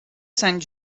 sant